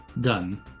Done